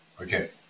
Okay